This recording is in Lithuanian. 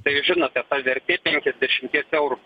tai žinote ta vertė penkiasdešimties eurų